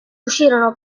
uscirono